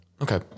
Okay